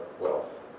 wealth